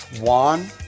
Juan